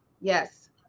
Yes